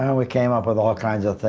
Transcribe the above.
um we came up with all kinds of